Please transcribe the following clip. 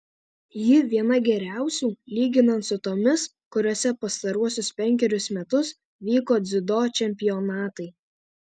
ji viena geriausių lyginant su tomis kuriose pastaruosius penkerius metus vyko dziudo čempionatai